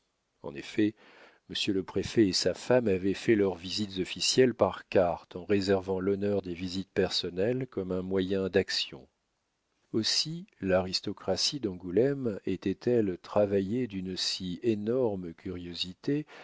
en effet monsieur le préfet et sa femme avaient fait leurs visites officielles par cartes en réservant l'honneur des visites personnelles comme un moyen d'action aussi l'aristocratie d'angoulême était-elle travaillée d'une si énorme curiosité